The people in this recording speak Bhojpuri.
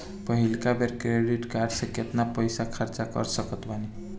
पहिलका बेर क्रेडिट कार्ड से केतना पईसा खर्चा कर सकत बानी?